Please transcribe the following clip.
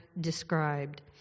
described